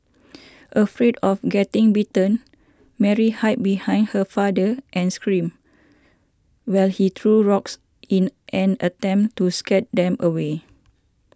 afraid of getting bitten Mary hid behind her father and screamed while he threw rocks in an attempt to scare them away